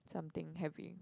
something heavy